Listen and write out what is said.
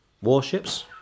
warships